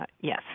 yes